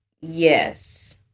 yes